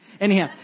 Anyhow